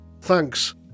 thanks